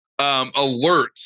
alerts